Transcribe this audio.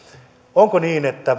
onko niin että